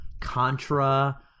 Contra